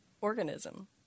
organism